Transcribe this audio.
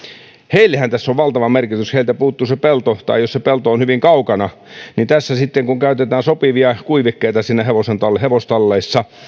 heillehän tällä on valtava merkitys heiltä puuttuu se pelto tai se pelto on hyvin kaukana ja tässä sitten kun käytetään sopivia kuivikkeita siellä hevostalleissa